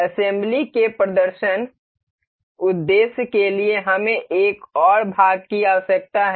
assembly के प्रदर्शन उद्देश्य के लिए हमें एक और भाग की आवश्यकता है